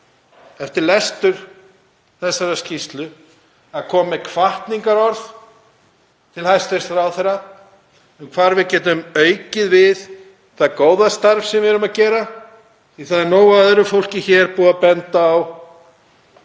eftir lestur þessarar skýrslu að koma með hvatningarorð til hæstv. ráðherra um hvar við getum aukið við það góða starf sem við vinnum því að það er nóg af öðru fólki hér búið að benda á